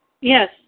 yes